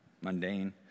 mundane